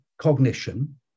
cognition